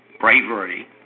bravery